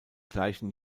gleichen